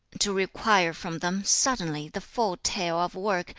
to require from them, suddenly, the full tale of work,